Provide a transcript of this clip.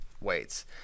weights